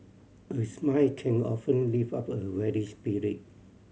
a smile can often lift up a weary spirit